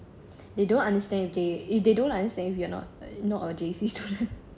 they don't understand okay if they don't understand we're not not a J_C student